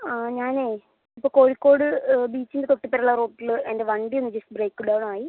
ആ ഞാനെ ഇപ്പോൾ കോഴിക്കോട് ബീച്ചിൻ്റെ തൊട്ട് ഇപ്പറം ഉള്ള റോട്ടില് എൻ്റെ വണ്ടി ഒന്ന് ജസ്റ്റ് ബ്രേക്ക് ഡൗൺ ആയി